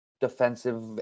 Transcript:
defensive